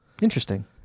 interesting